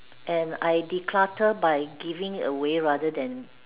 and I declutter by giving away rather than